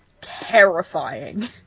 terrifying